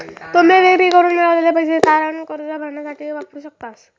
तुम्ही विक्री करून मिळवलेले पैसे तारण कर्ज भरण्यासाठी वापरू शकतास